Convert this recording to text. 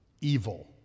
evil